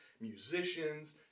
musicians